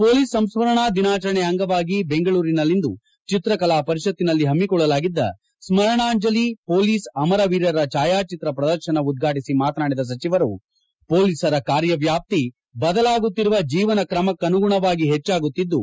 police ಸಂಸ್ಕರಣಾ ದಿನಾಚರಣೆ ಅಂಗವಾಗಿ ಬೆಂಗಳೂರಿನಲ್ಲಿಂದು ಚಿತ್ರಕಲಾ ಪರಿಷತ್ತಿನಲ್ಲಿ ಪಮ್ಮಿಕೊಳ್ಳಲಾಗಿದ್ದ ಸ್ಕರಣಾಂಜಲಿ ಕೊಲೀಸ್ ಅಮರವೀರರ ಛಾಯಾಚಿತ್ರ ಪ್ರದರ್ಶನ ಉದ್ಘಾಟಿಸಿ ಮಾತನಾಡಿದ ಸಚಿವರು ಪೊಲೀಸರ ಕಾರ್ಯವ್ಯಾಪ್ತಿ ಬದಲಾಗುತ್ತಿರುವ ಜೀವಸ್ತಮಕ್ಕನುಗುಣವಾಗಿ ಹೆಚ್ಚಾಗುತ್ತಿದ್ದು